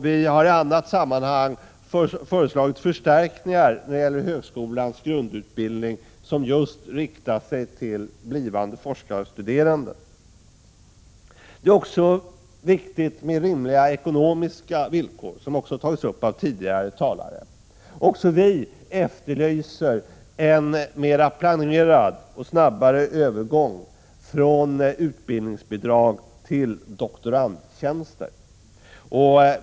Vi har i ett annat sammanhang föreslagit förstärkningar när det gäller högskolans grundutbildning som just riktar sig till blivande forskarstuderande. Det är också viktigt med rimliga ekonomiska villkor, vilket har tagits upp av tidigare talare. Även vi efterlyser en mer planerad och snabbare övergång från utbildningsbidrag till doktorandtjänster.